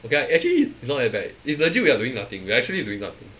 okay lah actually it's not that bad it's legit we are doing nothing we are actually doing nothing